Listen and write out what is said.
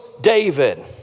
David